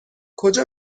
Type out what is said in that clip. کجا